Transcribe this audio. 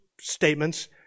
statements